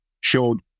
showed